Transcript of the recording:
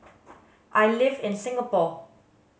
I live in Singapore